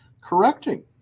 correcting